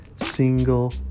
single